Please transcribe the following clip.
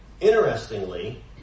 Interestingly